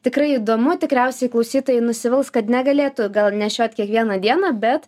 tikrai įdomu tikriausiai klausytojai nusivils kad negalėtų gal nešiot kiekvieną dieną bet